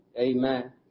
Amen